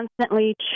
constantly